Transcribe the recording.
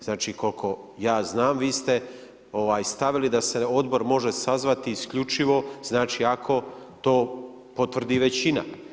Znači, koliko ja znam, vi ste stavili da se odbor može sazvati, isključivo, znači ako to potvrdi većina.